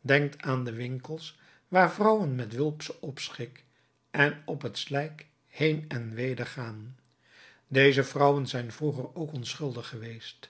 denkt aan de winkels waar vrouwen met wulpschen opschik en op het slijk heen en wedergaan deze vrouwen zijn vroeger ook onschuldig geweest